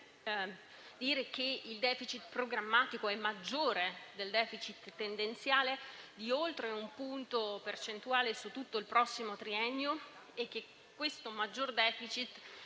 dire che il *deficit* programmatico è maggiore di quello tendenziale di oltre un punto percentuale su tutto il prossimo triennio e che questo maggior *deficit*